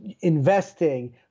Investing